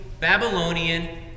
Babylonian